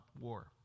War